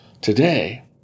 today